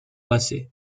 basset